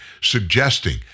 suggesting